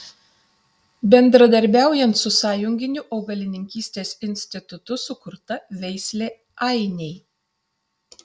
bendradarbiaujant su sąjunginiu augalininkystės institutu sukurta veislė ainiai